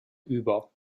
über